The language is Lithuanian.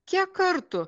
kiek kartų